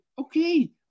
okay